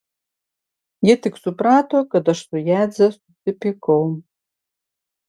ji tik suprato kad aš su jadze susipykau